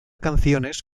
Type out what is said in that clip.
canciones